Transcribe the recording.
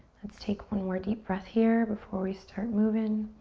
let's take one more deep breath here before we start movin'.